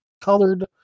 colored